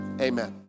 Amen